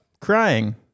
crying